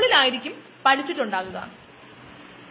പിന്നെ നമുക്ക് താല്പര്യം ഉള്ള ഉൽപനം ഉണ്ടാകുന്നു